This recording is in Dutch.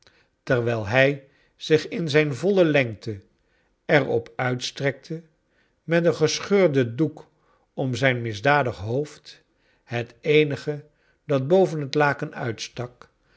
terwijl hij zich in zijne voile lengte er op uitstrekte met een gescheurden doek om zijn misdadig hoofd het eenige dat boven het laken uitstak